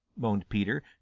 moaned peter,